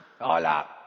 hola